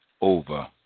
over